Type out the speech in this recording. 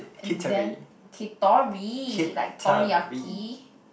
and then Kitori like Toriyaki